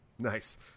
Nice